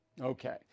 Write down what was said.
Okay